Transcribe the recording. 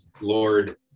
lord